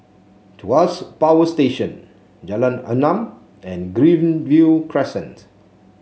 Tuas Power Station Jalan Enam and Greenview Crescent